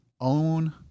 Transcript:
own